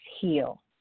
heal